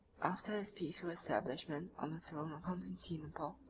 after his peaceful establishment on the throne of constantinople,